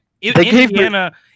Indiana